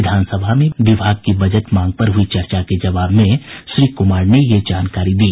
विधानसभा में विभाग की बजट मांग पर हुई चर्चा के जवाब में श्री कुमार ने यह जानकारी दी